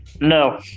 No